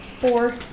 Four